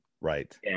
Right